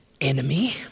Enemy